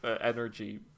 energy